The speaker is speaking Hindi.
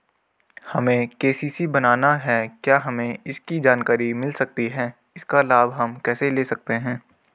हमें के.सी.सी बनाना है क्या हमें इसकी जानकारी मिल सकती है इसका लाभ हम कैसे ले सकते हैं?